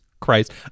Christ